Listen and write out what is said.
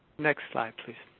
next slide, please.